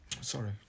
Sorry